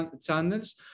channels